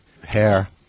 hair